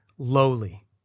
lowly